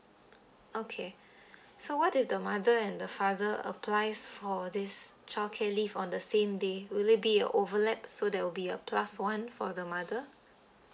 okay so what if the mother and the father applies for this childcare leave on the same day will it be a overlap so there will be a plus one for the mother